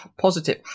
positive